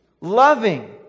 Loving